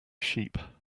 sheep